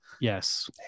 Yes